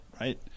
right